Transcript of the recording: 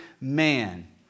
man